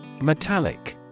Metallic